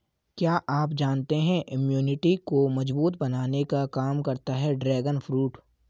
क्या आप जानते है इम्यूनिटी को मजबूत बनाने का काम करता है ड्रैगन फ्रूट?